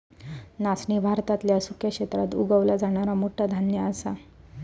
नाचणी भारतातल्या सुक्या क्षेत्रात उगवला जाणारा मोठा धान्य असा